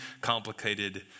complicated